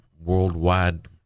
worldwide